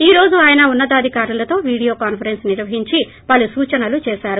ఈ రోజు ఆయన ఉన్న తాధికారులతో వీడియో కాన్నరెస్స్ నిర్వహించి పలు సూచనలు చేశారు